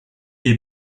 est